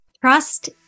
Trust